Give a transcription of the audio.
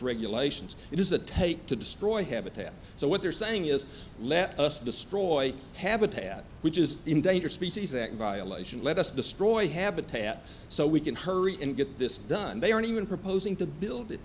regulations it is the take to destroy habitat so what they're saying is let us destroy habitat which is endangered species act violation let us destroy habitat so we can hurry and get this done they aren't even proposing to build it